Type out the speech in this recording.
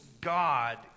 God